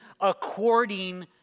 according